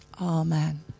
Amen